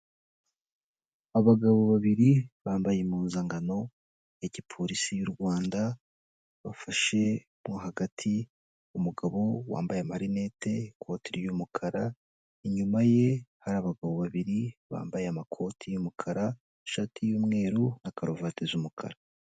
Abagabo babiri bambaye impuzangano ya gipolisi y'u Rwanda, bafashe mo hagati umugabo wambaye amarinete ikoti ry'umukara, inyuma ye hari abagabo babiri bambaye amakoti y'umukara, ishati y'umweru na karuvati isa umukara.